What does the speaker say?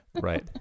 Right